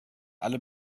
alle